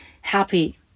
happy